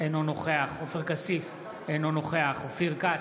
אינו נוכח עופר כסיף, אינו נוכח אופיר כץ,